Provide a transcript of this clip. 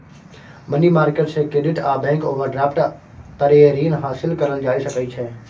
money market से credit आ bank overdraft तरे रीन हासिल करल जा सकइ छइ